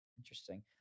Interesting